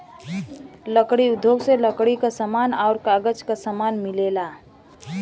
लकड़ी उद्योग से लकड़ी क समान आउर कागज क समान मिलेला